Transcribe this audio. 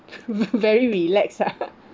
ve~ very relax ah